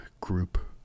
group